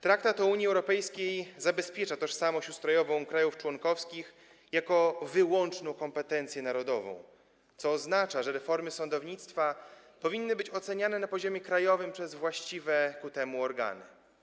Traktat o Unii Europejskiej zabezpiecza tożsamość ustrojową krajów członkowskich jako wyłączną kompetencję narodową, co oznacza, że reformy sądownictwa powinny być oceniane na poziomie krajowym przez właściwe do tego organy.